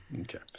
Okay